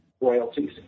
royalties